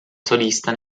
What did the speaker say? solista